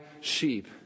sheep